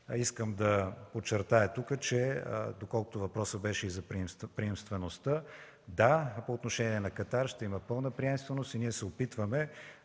Искам да подчертая тук, че доколкото въпросът беше за приемствеността – да, по отношение на Катар ще има пълна приемственост и ние се опитваме